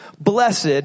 blessed